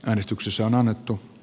äänestyksissä on annettu